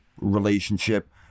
relationship